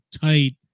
tight